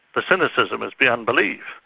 the cynicism is beyond belief,